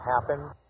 happen